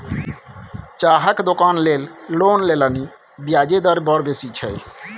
चाहक दोकान लेल लोन लेलनि ब्याजे दर बड़ बेसी छै